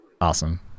Awesome